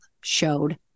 showed